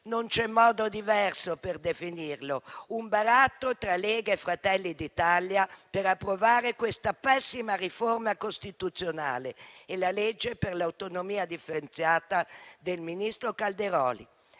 Non c'è modo diverso per definirlo: un baratto tra Lega e Fratelli d'Italia per approvare questa pessima riforma costituzionale e la legge sull'autonomia differenziata del ministro Calderoli.